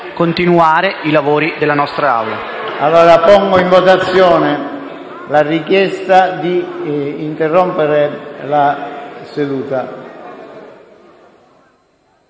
continuare i lavori della nostra